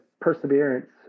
perseverance